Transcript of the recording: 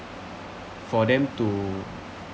for them to